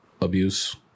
abuse